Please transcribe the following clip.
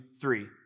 three